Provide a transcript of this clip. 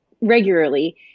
regularly